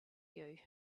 you